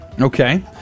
Okay